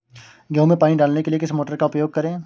गेहूँ में पानी डालने के लिए किस मोटर का उपयोग करें?